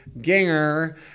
ginger